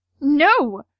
No